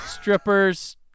Strippers